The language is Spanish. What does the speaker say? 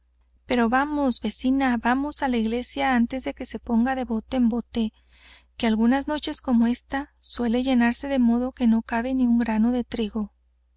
pero vamos vecina vamos á la iglesia antes que se ponga de bote en bote que algunas noches como ésta suele llenarse de modo que no cabe ni un grano de trigo